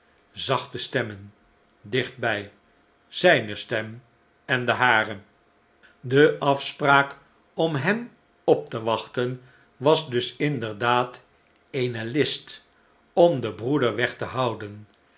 men dichtbij zijne stem en de hare de afspraak om hem op te wachten was dus inderdaad eene list om den broeder weg te houden